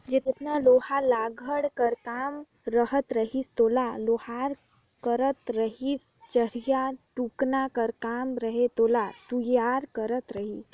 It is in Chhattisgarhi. जेतना लोहा लाघड़ कर काम रहत रहिस तेला लोहार करत रहिसए चरहियाए टुकना कर काम रहें तेला तुरिया करत रहिस